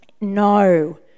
No